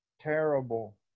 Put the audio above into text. terrible